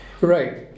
Right